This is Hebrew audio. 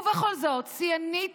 ובכל זאת, שיאנית